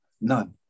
None